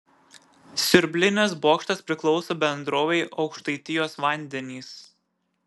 siurblinės bokštas priklauso bendrovei aukštaitijos vandenys